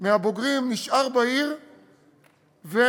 מהבוגרים נשאר בעיר ומשתלב